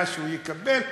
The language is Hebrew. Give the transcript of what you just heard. ונמשיך לקבל עוני.